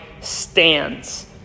stands